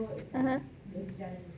(uh huh)